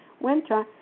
winter